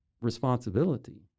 responsibility